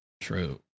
True